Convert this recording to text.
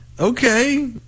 Okay